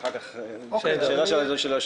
ואחר כך נשאלת השאלה של היושב-ראש,